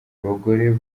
abagore